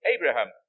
Abraham